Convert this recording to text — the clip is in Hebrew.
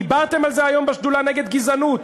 דיברתם על זה היום בשדולה נגד גזענות?